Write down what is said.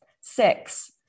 Six